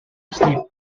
asleep